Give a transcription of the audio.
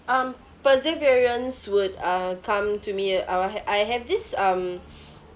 um perseverance would uh come to me I'll ha~ I have um